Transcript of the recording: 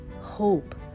hope